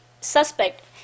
suspect